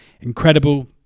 incredible